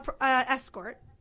escort